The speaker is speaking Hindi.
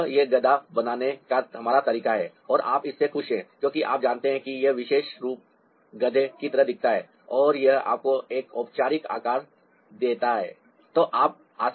तो यह गधा बनाने का हमारा तरीका है और आप इससे खुश हैं क्योंकि आप जानते हैं कि यह विशेष रूप गधे की तरह दिखता है और यह आपको एक औपचारिक आकार भी देता है